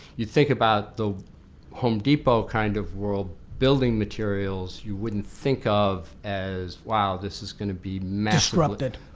you think about the home depot kind of world, building materials, you wouldn't think of as wow, this is going to be massively disrupted.